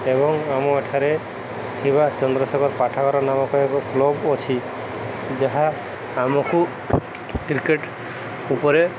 ଏବଂ ଆମ ଏଠାରେ ଥିବା ଚନ୍ଦ୍ରଶେଖର ପାଠାଗାର ନାମକ ଏକ କ୍ଲବ୍ ଅଛି ଯାହା ଆମକୁ କ୍ରିକେଟ୍ ଉପରେ